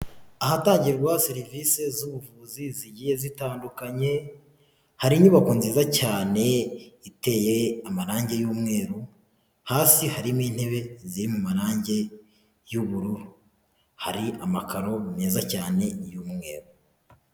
Ahatangirwa serivisi z'ubuvuzi zigiye zitandukanye, hari inyubako nziza cyane iteye amarangi y'umweru, hasi harimo intebe ziri mu marangi y'ubururu, hari amakaro meza cyane y'umweru.